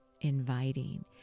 inviting